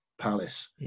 Palace